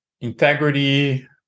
Integrity